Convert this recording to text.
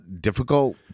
difficult